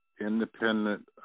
independent